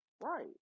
Right